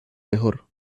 mejor